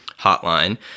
hotline